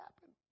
happen